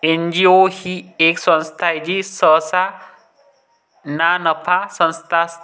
NGO ही एक संस्था आहे जी सहसा नानफा संस्था असते